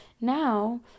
Now